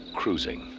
cruising